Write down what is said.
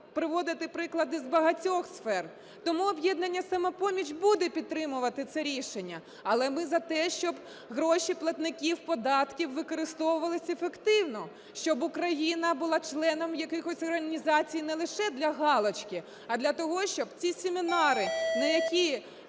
приводити приклади з багатьох сфер. Тому "Об'єднання "Самопоміч" буде підтримувати це рішення. Але ми за те, щоб гроші платників податків використовувались ефективно, щоб Україна була членом якихось організацій не лише для галочки, а для того, щоб ці семінари, на які